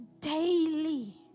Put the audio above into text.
daily